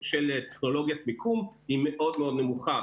טכנולוגיית מיקום היא מאוד מאוד נמוכה,